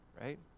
right